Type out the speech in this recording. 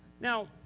Now